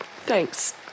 Thanks